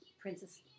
Princess